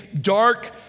dark